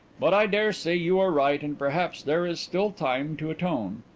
but i dare say you are right and perhaps there is still time to atone.